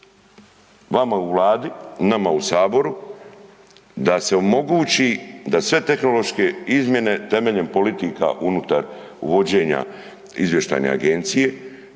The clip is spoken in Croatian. vama u vladi, nama u saboru da se omogući da sve tehnološke izmjene temeljem politika unutar vođenja izvještajne agencije